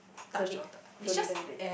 don't need don't need don't need don't need